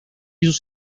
sus